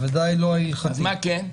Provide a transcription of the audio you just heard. בוודאי לא ההלכתי -- אז מה כן?